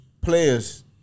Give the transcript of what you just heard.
players